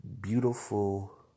beautiful